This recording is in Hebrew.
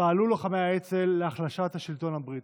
פעלו לוחמי האצ"ל להחלשת השלטון הבריטי.